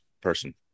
person